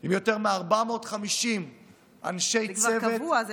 עם יותר מ-450 אנשי צוות, זה כבר קבוע.